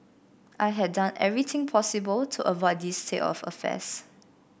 I had done everything possible to avoid this state of affairs